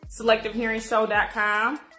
selectivehearingshow.com